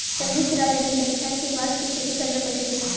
संयुक्त राज्य अमेरिका किसान के बांस के खेती करे ला पइसा देला